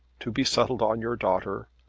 to be settled on your daughter.